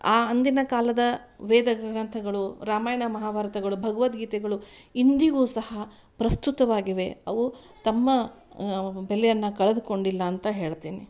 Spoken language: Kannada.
ಆ ಅಂದಿನ ಕಾಲದ ವೇದ ಗ್ರಂಥಗಳು ರಾಮಾಯಣ ಮಹಾಭಾರತಗಳು ಭಗವದ್ಗೀತೆಗಳು ಇಂದಿಗು ಸಹ ಪ್ರಸ್ತುತವಾಗಿವೆ ಅವು ತಮ್ಮ ಬೆಲೆಯನ್ನು ಕಳೆದು ಕೊಂಡಿಲ್ಲ ಅಂತ ಹೇಳ್ತಿನಿ